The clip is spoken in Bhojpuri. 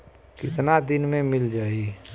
कितना दिन में मील जाई?